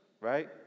Right